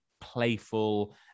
playful